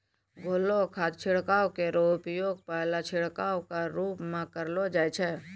घोललो खाद छिड़काव केरो उपयोग पहलो छिड़काव क रूप म करलो जाय छै